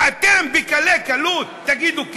ואתם בקלי קלות תגידו כן.